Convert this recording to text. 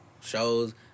shows